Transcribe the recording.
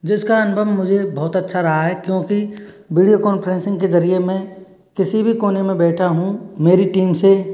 जिसका अनुभव मुझे बहुत अच्छा रहा है क्योंकि वीडियो कॉन्फ्रेंसिंग के जरिए मैं किसी भी कोने में बैठा हूँ मेरी टीम से